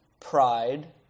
pride